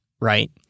right